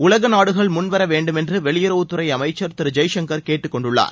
உலக நாடுகள் முன்வர வேண்டுமென்று வெளியுறவுத் துறை அமைச்சர் திரு ஜெய்சங்கர் கேட்டுக்கொண்டுள்ளார்